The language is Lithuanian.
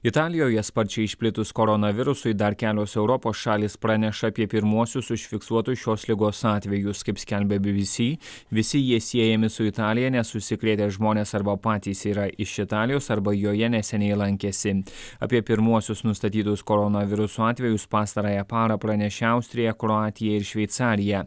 italijoje sparčiai išplitus koronavirusui dar kelios europos šalys praneša apie pirmuosius užfiksuotus šios ligos atvejus kaip skelbia bbc visi jie siejami su italija nes užsikrėtę žmonės arba patys yra iš italijos arba joje neseniai lankėsi apie pirmuosius nustatytus koronaviruso atvejus pastarąją parą pranešė austrija kroatija ir šveicarija